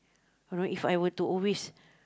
or if I were to always